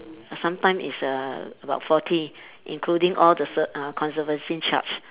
sometime it's err about forty including all the s~ uh conservancy charge